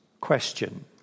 question